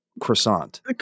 Croissant